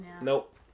nope